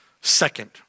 Second